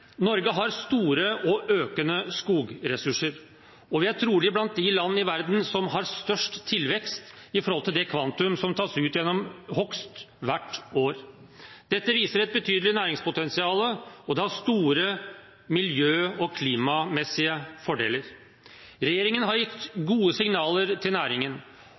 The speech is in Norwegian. Norge har store og økende skogressurser. Vi er trolig blant de land i verden som har størst tilvekst i forhold til det kvantum som tas ut gjennom hogst hvert år. Dette viser et betydelig næringspotensial, og det har store miljø- og klimamessige fordeler. Regjeringen har gitt gode signaler til næringen